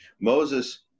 Moses